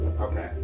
okay